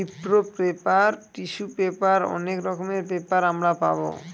রিপ্র paper, tissue paper অনেক রকমের পেপার আমরা পাবো